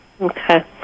Okay